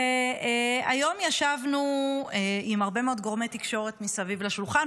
היום ישבנו עם הרבה מאוד גורמי תקשורת מסביב לשולחן,